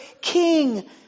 King